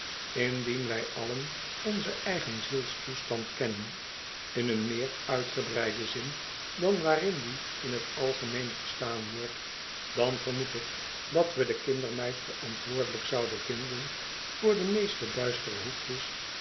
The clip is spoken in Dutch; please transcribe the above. indien wij allen onzen eigen zielstoestand kenden in een meer uitgebreïden zin dan waarin die in t algemeen verstaan wordt dan vermoed ik dat we de kindermeid verantwoordelijk zouden vinden voor de meeste duistere hoekjes